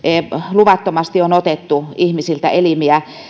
luvattomasti otettu ihmisiltä elimiä